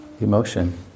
emotion